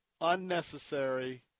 unnecessary